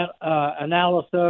analysis